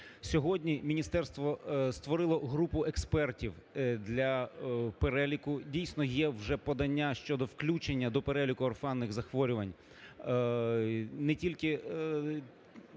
Сьогодні Міністерство створило групу експертів для переліку, дійсно є вже подання щодо включення до переліку орфанних захворювань